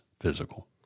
physical